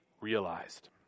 realized